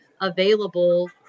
available